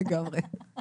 למרות זאת